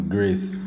Grace